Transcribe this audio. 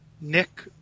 Nick